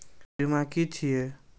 बीमा की छी ये?